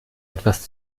etwas